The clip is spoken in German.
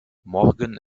morgen